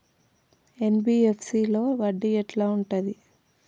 NBFC లో వడ్డీ ఎట్లా ఉంటది?